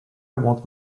want